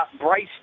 Bryce